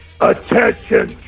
Attention